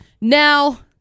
Now